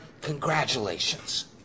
congratulations